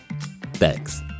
Thanks